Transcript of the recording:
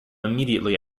immediately